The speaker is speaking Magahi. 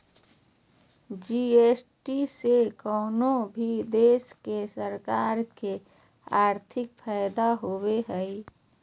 जी.एस.टी से कउनो भी देश के सरकार के आर्थिक फायदा होबो हय